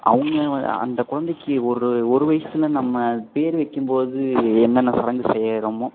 அவங்க வ அந்த குழந்தைக்கி ஒரு ஒரு வயதுல நம்ம பேரை வைக்கும்போது என்னென்ன சடங்கு செய்கிறோமோ